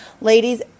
Ladies